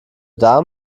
darm